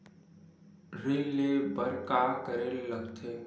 ऋण ले बर का करे ला लगथे?